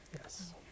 Yes